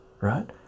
right